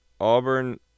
Auburn